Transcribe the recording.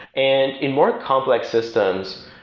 and in more complex systems,